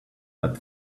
that